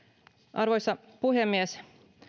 arvoisa puhemies